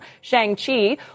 Shang-Chi